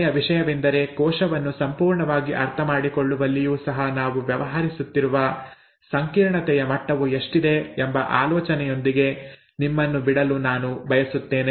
ಕೊನೆಯ ವಿಷಯವೆಂದರೆ ಕೋಶವನ್ನು ಸಂಪೂರ್ಣವಾಗಿ ಅರ್ಥಮಾಡಿಕೊಳ್ಳುವಲ್ಲಿಯೂ ಸಹ ನಾವು ವ್ಯವಹರಿಸುತ್ತಿರುವ ಸಂಕೀರ್ಣತೆಯ ಮಟ್ಟವು ಎಷ್ಟಿದೆ ಎಂಬ ಆಲೋಚನೆಯೊಂದಿಗೆ ನಿಮ್ಮನ್ನು ಬಿಡಲು ನಾನು ಬಯಸುತ್ತೇನೆ